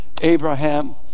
Abraham